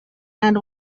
and